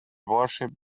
worshiped